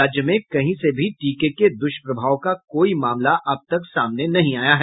राज्य में कहीं से भी टीके के दुष्प्रभाव का कोई मामला सामने नहीं आया है